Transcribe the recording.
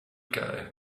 guy